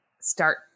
start